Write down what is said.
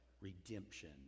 redemption